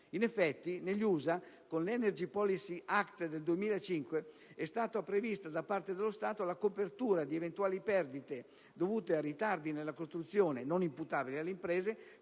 In effetti, negli USA con l'*Energy Policy Act* del 2005 è stata prevista da parte dello Stato la copertura di eventuali perdite dovute a ritardi nella costruzione (non imputabili alle imprese)